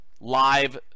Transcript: live